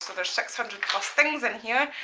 so there's six hundred kind of things in here.